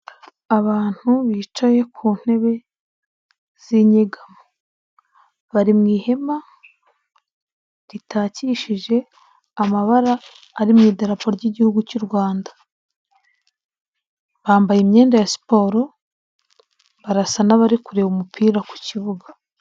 Abantu bicaye ku ntebe zinyegamo, bari mu ihema ritakishije amabara ari mu idarapo ry'Igihugu cy'u Rwanda. Bambaye imyenda ya siporo, barasa n'abari kureba umupira ku kibuga.